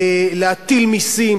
להטיל מסים,